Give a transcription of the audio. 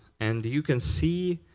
and you can see